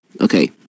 Okay